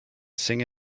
sing